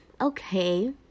Okay